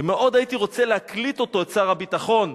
ומאוד הייתי רוצה להקליט את שר הביטחון,